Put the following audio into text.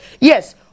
yes